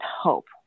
hope